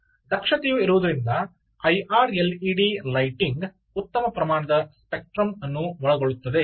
ದಕ್ಷತೆಯು ಇರುವುದರಿಂದ L E D lighting ಉತ್ತಮ ಪ್ರಮಾಣದ ಸ್ಪೆಕ್ಟ್ರಮ್ ಅನ್ನು ಒಳಗೊಳ್ಳುತ್ತದೆ